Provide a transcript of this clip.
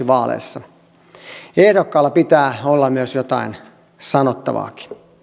vaaleissa ehdokkaalla pitää olla myös jotain sanottavaa